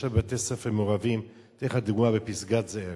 כאשר בתי-ספר מעורבים, אתן לך דוגמה: בפסגת-זאב